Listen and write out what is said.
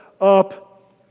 up